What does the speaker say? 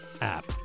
app